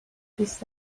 بیست